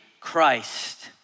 Christ